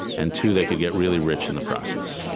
and two, they could get really rich in the process